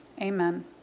Amen